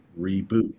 reboot